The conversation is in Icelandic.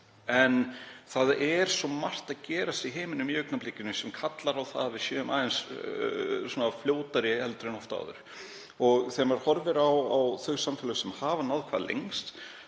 En það er svo margt að gerast í heiminum í augnablikinu sem kallar á að við séum aðeins fljótari en oft áður. Þegar maður horfir á þau samfélög sem náð hafa hvað lengst